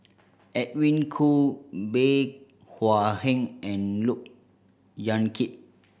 Edwin Koo Bey Hua Heng and Look Yan Kit